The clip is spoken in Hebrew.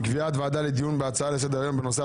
קביעת ועדה לדיון בהצעה לסדר היום בנושא: